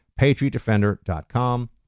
Patriotdefender.com